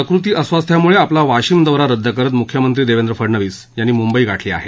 प्रकृती अस्वास्थ्यामुळे आपला वाशिम दौरा रद्द करत मुख्यमंत्री देवेंद्र फडणवीस यांनी मुंबई गाठली आहे